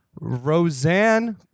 Roseanne